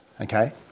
okay